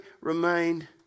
remained